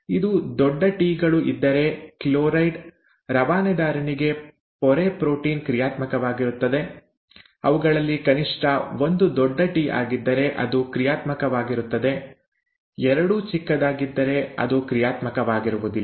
ಎರಡೂ ದೊಡ್ಡ ಟಿ ಗಳು ಇದ್ದರೆ ಕ್ಲೋರೈಡ್ ರವಾನೆದಾರನಿಗೆ ಪೊರೆ ಪ್ರೋಟೀನ್ ಕ್ರಿಯಾತ್ಮಕವಾಗಿರುತ್ತದೆ ಅವುಗಳಲ್ಲಿ ಕನಿಷ್ಠ ಒಂದು ದೊಡ್ಡ ಟಿ ಆಗಿದ್ದರೆ ಅದು ಕ್ರಿಯಾತ್ಮಕವಾಗಿರುತ್ತದೆ ಎರಡೂ ಚಿಕ್ಕದಾಗಿದ್ದರೆ ಅದು ಕ್ರಿಯಾತ್ಮಕವಾಗಿರುವುದಿಲ್ಲ